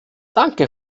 danke